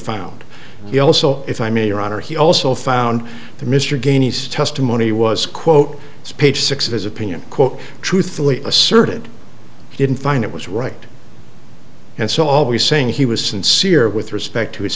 found he also if i may your honor he also found the mr gagne's testimony was quote page six of his opinion quote truthfully asserted didn't find it was right and so always saying he was sincere with respect to his